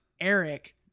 Eric